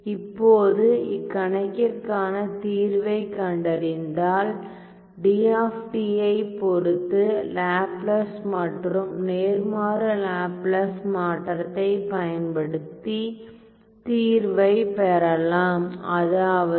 இப்போது இக்கணக்கிற்கான தீர்வை கண்டறிந்தால் D ஐ பொறுத்து லாப்லாஸ் மற்றும் நேர்மாறு லாப்லாஸ் மாற்றத்தை பயன்படுத்தி தீர்வைப் பெறலாம் அதாவது